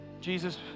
Jesus